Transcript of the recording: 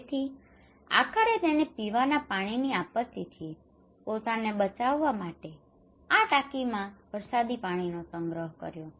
તેથી આખરે તેણે પીવાના પાણીની આપત્તિથી પોતાને બચાવવા માટે આ ટાંકીમાં વરસાદી પાણીનો સંગ્રહ કર્યો